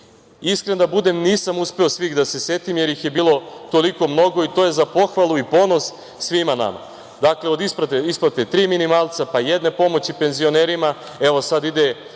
Iskren da budem, nisam uspeo svih da se setim, jer ih je bilo toliko mnogo i to je za pohvalu i ponos svima nama. Dakle, od isplate tri minimalca, pa jedne pomoći penzionerima, evo sada ide